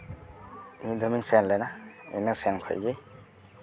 ᱢᱤᱫ ᱫᱚᱢᱮᱧ ᱥᱮᱱ ᱞᱮᱱᱟ ᱤᱱᱟᱹ ᱥᱮᱱ ᱠᱷᱚᱱ ᱜᱮ